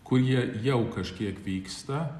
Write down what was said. kurie jau kažkiek vyksta